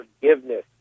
forgiveness